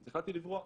אז החלטתי לברוח.